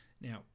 Now